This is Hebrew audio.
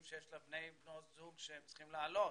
שיש להם בני/בנות זוג שצריכים לעלות.